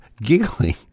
giggling